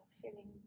feeling